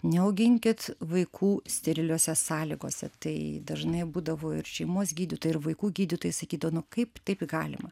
neauginkit vaikų steriliose sąlygose tai dažnai būdavo ir šeimos gydytojai ir vaikų gydytojai sakydavo nu kaip taip galima